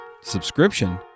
Subscription